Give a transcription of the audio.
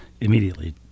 immediately